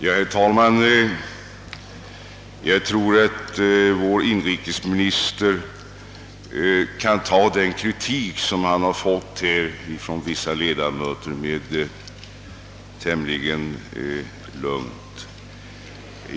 Herr talman! Inrikeministern kan nog ta den kritik han här fått från vissa ledamöter tämligen lugnt.